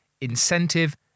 incentive